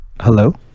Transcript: Hello